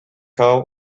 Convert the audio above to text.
call